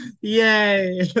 yay